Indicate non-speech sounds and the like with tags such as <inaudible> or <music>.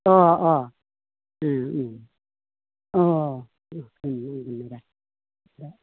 अ अ ओं ओं अ <unintelligible>